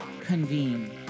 convene